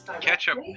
ketchup